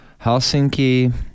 Helsinki